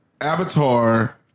Avatar